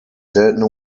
seltene